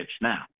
now